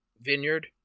Vineyard